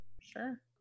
Sure